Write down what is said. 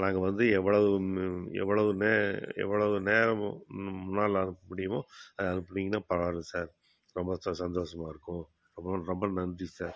நாங்கள் வந்து எவ்வளவு எவ்வளவு நே எவ்வளவு நேரமும் முன்னால் அனுப்ப முடியுமோ அனுப்புனீங்கன்னா பரவாயில்ல சார் ரொம்ப சந்தோஷமாக இருக்கும் அப்புறம் ரொம்ப நன்றி சார்